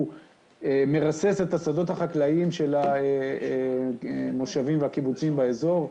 מרסס את השדות החקלאיים של המושבים והקיבוצים באזור.